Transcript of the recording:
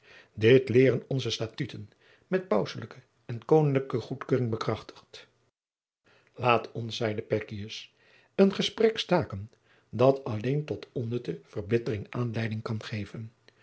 dit leeren onze statuten met pauselijke en koninklijke goedkeuring bekrachtigd laat ons zeide pekkius een gesprek staken dat alleen tot onnutte verbittering aanleiding kan geven